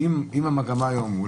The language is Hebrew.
אם המגמה היום,